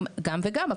גם וגם.